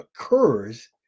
occurs